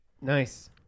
Nice